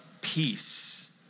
peace